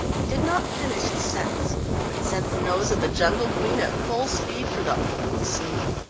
he did not finish his sentence, but sent the nose of the jungle queen at full speed for the open sea.